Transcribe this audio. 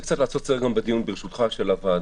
רוצה קצת לעשות סדר ברשותך בדיון של הוועדה,